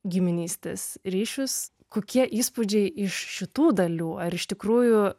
giminystės ryšius kokie įspūdžiai iš šitų dalių ar iš tikrųjų